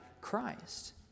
Christ